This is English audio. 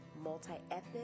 multi-ethnic